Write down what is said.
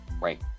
right